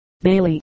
Bailey